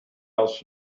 else